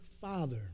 Father